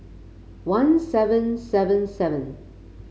one seven seven seven